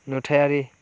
नुथायारि